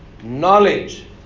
knowledge